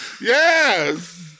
yes